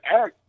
act